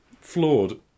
flawed